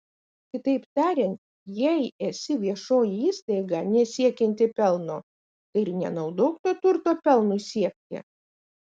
kitaip tariant jei esi viešoji įstaiga nesiekianti pelno tai ir nenaudok to turto pelnui siekti